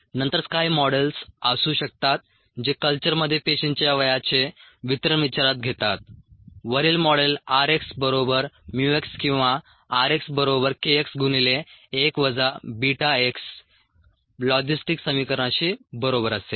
नंतर काही मॉडेल्स असू शकतात जे कल्चरमध्ये पेशींच्या वयाचे वितरण विचारात घेतात वरील मॉडेल r x बरोबर mu x किंवा r x बरोबर k x गुणिले 1 वजा बीटा x लॉजिस्टिक समीकरणाशी बरोबर असेल